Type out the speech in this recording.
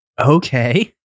Okay